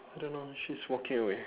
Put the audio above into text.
I don't know she's walking away